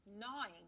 gnawing